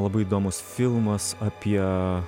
labai įdomus filmas apie